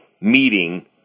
meeting